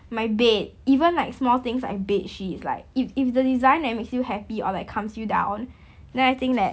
my bed even like small things like bedsheets like if if the design that makes you happy or like calms you down then I think that